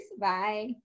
Bye